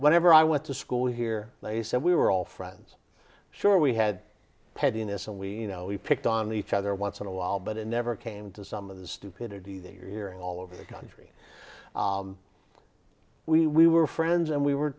whenever i went to school here they said we were all friends sure we had pettiness and we you know we picked on the each other once in a while but it never came to some of the stupidity that you're hearing all over the country we were friends and we were